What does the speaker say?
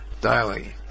daily